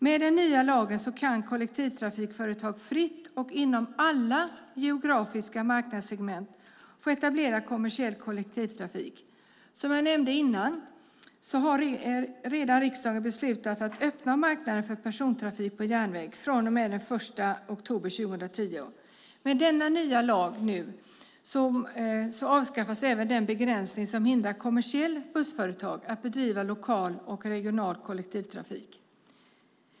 Med den nya lagen får kollektivtrafikföretag fritt och inom alla geografiska marknadssegment etablera kommersiell kollektivtrafik. Som jag nämnde innan har riksdagen redan beslutat att öppna marknaden för persontrafik på järnväg den 1 oktober 2010. Med den nya lagen avskaffas även den begränsning som hindrar kommersiella bussföretag att bedriva lokal och regional kollektivtrafik.